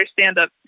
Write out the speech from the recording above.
stand-up